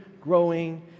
growing